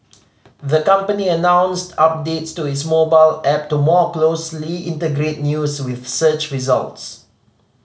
the company announced updates to its mobile app to more closely integrate news with search results